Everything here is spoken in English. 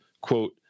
quote